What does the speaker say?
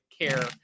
care